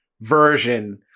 version